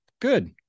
Good